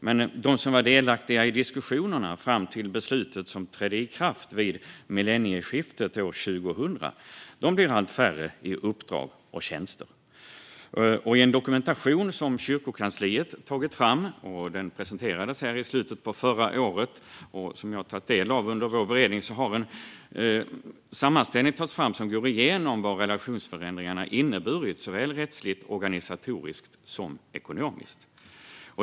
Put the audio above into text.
Men de som var delaktiga i diskussionerna fram till beslutet som trädde i kraft vid millennieskiftet år 2000 blir allt färre i uppdrag och tjänster. I en dokumentation som kyrkokansliet tagit fram som presenterades i slutet på förra året, och som jag tagit del av under vår beredning, finns en sammanställning som går igenom vad relationsförändringarna inneburit såväl rättsligt och organisatoriskt som ekonomiskt.